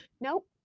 nope